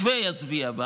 ויצביע בה